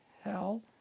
hell